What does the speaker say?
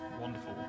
Wonderful